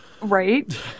Right